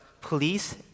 police